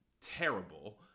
terrible